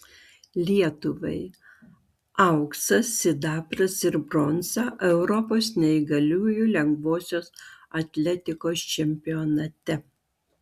lietuvai auksas sidabras ir bronza europos neįgaliųjų lengvosios atletikos čempionate